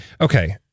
okay